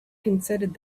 considered